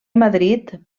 madrid